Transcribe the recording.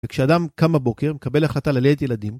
וכשאדם קם בבוקר, מקבל החלטה ללדת ילדים.